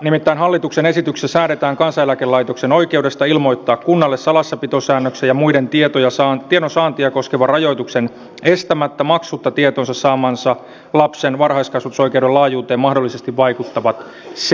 nimittäin hallituksen esityksessä säädetään kansaneläkelaitoksen oikeudesta ilmoittaa kunnalle salassapitosäännösten ja muiden tiedonsaantia koskevien rajoitusten estämättä maksutta tietoonsa saamansa lapsen varhaiskasvatusoikeuden laajuuteen mahdollisesti vaikuttavat seikat